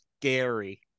scary